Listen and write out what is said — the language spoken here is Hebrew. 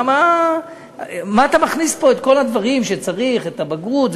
מה אתה מכניס פה את כל הדברים שצריך את הבגרות,